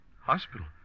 Hospital